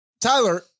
Tyler